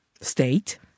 State